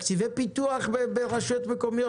זה תקציבי פיתוח ברשויות מקומיות.